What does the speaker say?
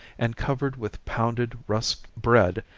and covered with pounded rusked bread,